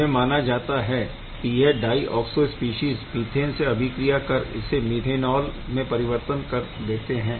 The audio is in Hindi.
यह माना जाता है कि यह डाय ऑक्सो स्पीशीज़ मीथेन से अभिक्रिया कर इसे मीथेनॉल में परिवर्तित कर देता है